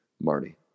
Marty